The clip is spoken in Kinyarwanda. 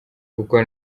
kuko